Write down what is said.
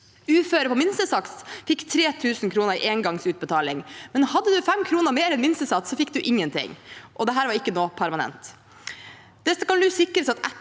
Uføre på minstesats fikk 3 000 kr i engangsutbetaling. Men hadde man 5 kr mer enn minstesatsen, fikk man ingenting, og dette var ikke noe permanent.